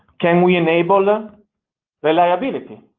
can we enable ah reliability?